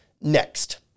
Next